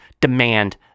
demand